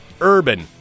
Urban